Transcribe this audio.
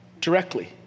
directly